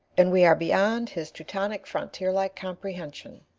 and we are beyond his teutonic frontier-like comprehension.